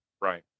Right